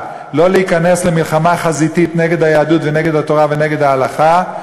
לא להיכנס למלחמה חזיתית נגד היהדות ונגד התורה ונגד ההלכה,